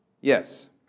Yes